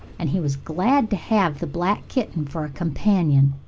and he was glad to have the black kitten for a companion.